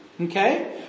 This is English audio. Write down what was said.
Okay